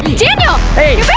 daniel! hey!